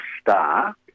Star